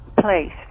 place